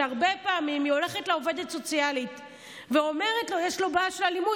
שהרבה פעמים היא הולכת לעובדת הסוציאלית ואומרת: יש לו בעיה של אלימות.